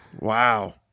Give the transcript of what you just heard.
Wow